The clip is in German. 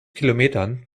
kilometern